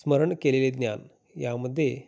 स्मरण केलेले ज्ञान यामध्ये